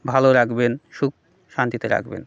ভালো রাখবেন সুখ শান্তিতে রাখবেন